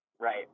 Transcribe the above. Right